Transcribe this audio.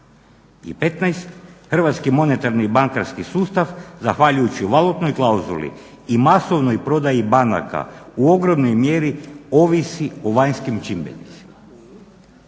15.hrvatski monetarni bankarski sustav zahvaljujući valutnoj klauzuli i masovnoj prodaji banaka u ogromnoj mjeri ovisi o vanjskim čimbenicima.